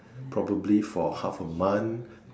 probably for half a month